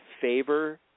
favor